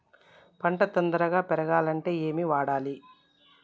పంట తొందరగా పెరగాలంటే ఏమి వాడాలి?